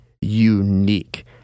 unique